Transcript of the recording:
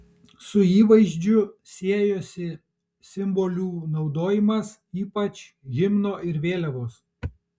su įvaizdžiu siejosi simbolių naudojimas ypač himno ir vėliavos